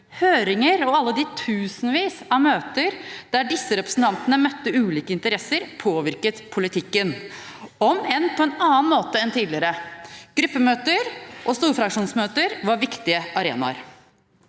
Høringer og alle de tusenvis av møter der disse representantene møtte ulike interesser, påvirket politikken, om enn på en annen måte enn tidligere. Gruppemøter og storfraksjonsmøter var viktige arenaer.